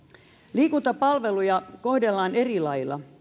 liikuntapalveluja kohdellaan eri lailla